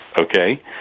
okay